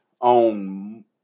on